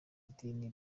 idini